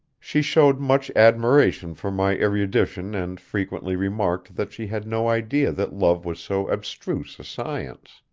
she showed much admiration for my erudition and frequently remarked that she had no idea that love was so abstruse a science.